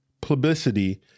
publicity